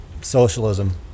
socialism